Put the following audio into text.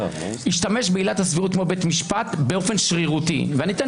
השתמש בעילת הסבירות כמו בית משפט באופן שרירותי ואני אתן